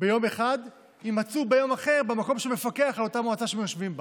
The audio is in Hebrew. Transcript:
ביום אחד יימצאו ביום אחר במקום שמפקח על אותה מועצה שהם יושבים בה?